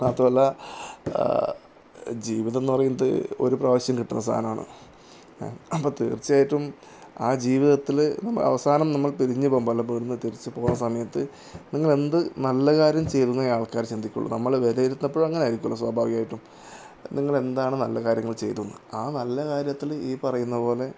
മാത്രമല്ല ജീവിതംന്ന് പറയുന്നത് ഒരു പ്രാവശ്യം കിട്ടുന്ന സാധനമാണ് അപ്പം തീർച്ചയായിട്ടും ആ ജീവിതത്തിൽ അവസാനം നമ്മൾ പിരിഞ്ഞു പോകുമ്പം അല്ലെ ഇവിടന്നു പോകുന്ന സമയത്ത് നിങ്ങളെന്ത് നല്ല കാര്യം ചെയ്തന്നെ ആൾക്കാർ ചിന്തിക്കുള്ളൂ നമ്മളെ വിലയിരുത്തുമ്പോഴും അങ്ങനെ ആയിരിക്കുലോ സ്വഭാവികമായിട്ടും നിങ്ങൾ എന്താണ് നല്ല കാര്യങ്ങൾ ചെയ്തു ആ നല്ല കാര്യത്തിൽ ഈ പറയുന്ന പോലെ